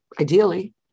ideally